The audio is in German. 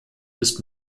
ist